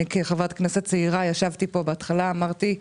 כחברת כנסת צעירה ישבתי כאן בהתחלה ואמרתי: